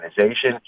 organization